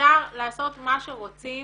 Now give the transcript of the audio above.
אפשר לעשות מה שרוצים